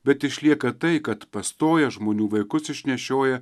bet išlieka tai kad pastoja žmonių vaikus išnešioja